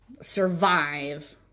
survive